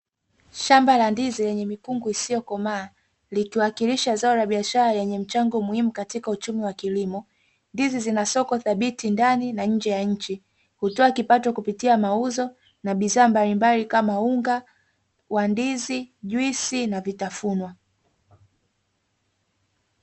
Shamba la ndizi lenye mikungu isiyokomaa likiwakilisha zao la biashara lenye mchango muhimu katika uchumi wa kilimo, ndizi zina soko thabiti ndani na nje ya nchi hutoa mapato kupitia mauzo na bidhaa mbalimbali kama unga wa ndizi, juisi na vitafunwa.